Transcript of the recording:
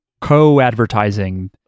co-advertising